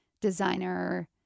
designer